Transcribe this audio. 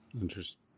Interesting